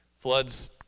Floods